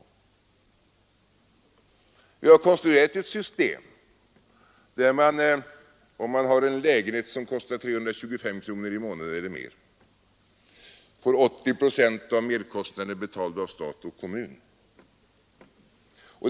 Ett system har konstruerats där man, om man har en lägenhet som kostar 325 kronor i månaden eller mer, får 80 procent av merkostnaderna betalda av stat och kommun.